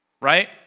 Right